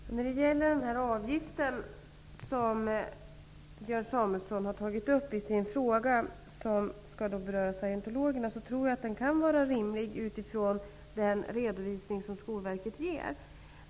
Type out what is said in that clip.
Herr talman! Jag tror att den avgift som Björn Samuelson har tagit upp i sin fråga, och som sägs gälla för scientologerna, kan vara rimlig utifrån den redovisning som Skolverket ger.